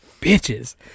bitches